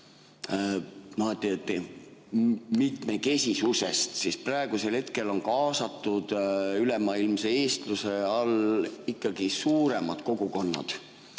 räägime siin mitmekesisusest, siis praegu on kaasatud ülemaailmse eestluse all ikkagi suuremad kogukonnad.